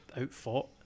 out-fought